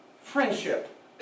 friendship